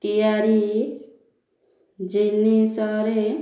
ତିଆରି ଜିନିଷରେ